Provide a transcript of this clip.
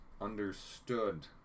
understood